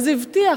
אז הבטיח,